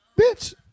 Bitch